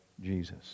Jesus